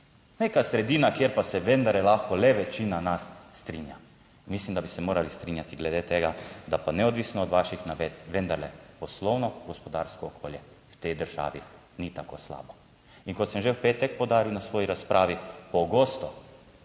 neka sredina, kjer pa se vendarle lahko le večina nas strinja. Mislim, da bi se morali strinjati glede tega, da pa neodvisno od vaših navedb vendarle poslovno gospodarsko okolje v tej državi ni tako slabo. **78. TRAK: (VP) 16.25** (nadaljevanje) In kot sem že v petek poudaril na svoji razpravi, pogosto